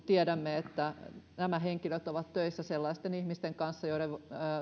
tiedämme että nämä henkilöt ovat töissä sellaisten ihmisten kanssa joiden